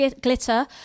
Glitter